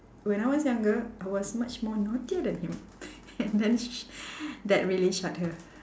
when I was younger I was much more naughtier than him and then sh~ that really shut her